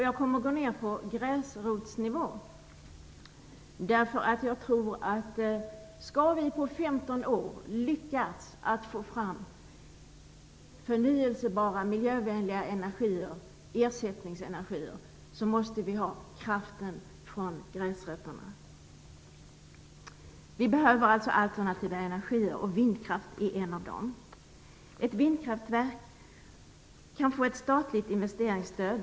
Jag kommer att gå ned på gräsrotsnivå, därför att jag tror att om vi på 15 år skall lyckas att få fram förnybar miljövänlig ersättningsenergi, måste vi ha kraften från gräsrötterna. Vi behöver alltså alternativa energikällor och vindkraft är en av dem. Ett vindkraftverk kan få ett statligt investeringsstöd.